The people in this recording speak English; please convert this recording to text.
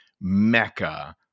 mecca